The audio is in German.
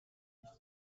nicht